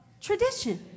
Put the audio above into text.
tradition